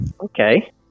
Okay